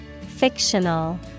Fictional